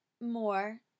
more